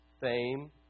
fame